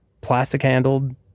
plastic-handled